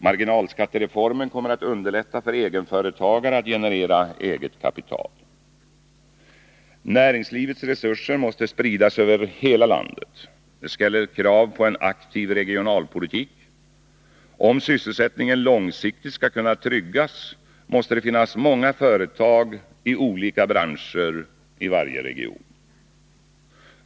Marginalskattereformen kommer att underlätta för egenföretagare att generera eget kapital. Näringslivets resurser måste spridas över hela landet. Det ställer krav på en aktiv regionalpolitik. Om sysselsättningen långsiktigt skall kunna tryggas, måste det finnas många företag i olika branscher i varje region.